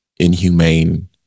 inhumane